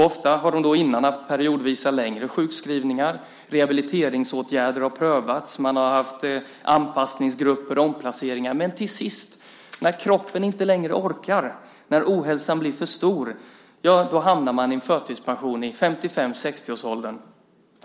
Ofta har de tidigare haft periodvisa längre sjukskrivningar, och rehabiliteringsåtgärder har prövats. Det har varit fråga om anpassningsgrupper och omplaceringar. Men till sist när kroppen inte längre orkar, när ohälsan blir för stor, då hamnar de i förtidspension i 55-60-årsåldern.